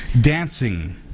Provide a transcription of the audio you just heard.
dancing